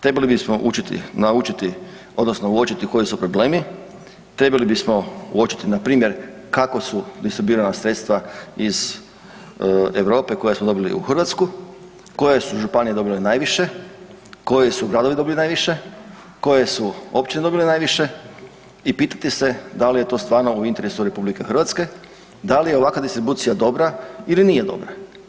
Trebali bismo učiti, naučiti odnosno uočiti koji su problemi, trebali bismo uočiti npr. kako su gdje su birana sredstava iz Europe koja smo dobili u Hrvatsku, koje su županije dobile najviše, koji su gradovi dobili najviše, koje su općine dobile najviše i pitati se da li je to stvarno u interesu RH, da li je ovakva distribucija dobra ili nije dobra.